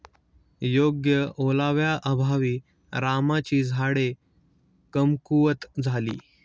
योग्य ओलाव्याअभावी रामाची झाडे कमकुवत झाली